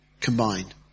combined